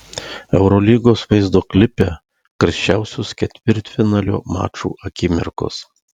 eurolygos vaizdo klipe karščiausios ketvirtfinalio mačų akimirkos